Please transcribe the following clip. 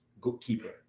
goalkeeper